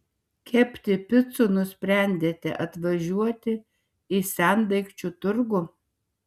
kepti picų nusprendėte atvažiuoti į sendaikčių turgų